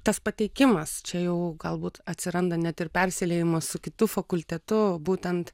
tas pateikimas čia jau galbūt atsiranda net ir persiliejimo su kitu fakultetu būtent